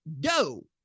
Go